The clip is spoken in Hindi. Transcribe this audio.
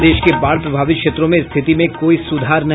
प्रदेश के बाढ़ प्रभावित क्षेत्रों में स्थिति में कोई सुधार नहीं